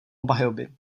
obhajoby